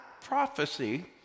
prophecy